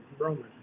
Roman